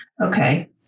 Okay